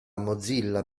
mozilla